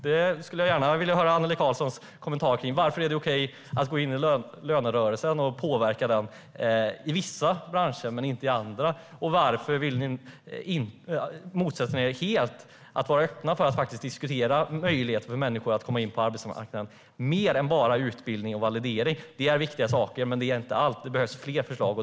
Jag skulle gärna vilja höra Annelie Karlssons kommentar till varför det är okej att gå in i lönerörelsen och påverka den i vissa branscher, men inte i andra. Varför motsätter ni er att vara öppna för att diskutera möjligheten för människor att komma in på arbetsmarknaden, mer än bara utbildning och validering? Utbildning och validering är viktigt, men det behövs fler förslag.